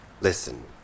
Listen